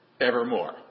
evermore